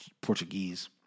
Portuguese